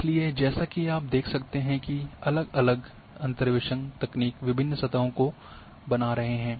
इसलिए जैसा कि आप देख सकते हैं कि अलग अलग अंतर्वेसन तकनीक विभिन्न सतहों को बना रहे हैं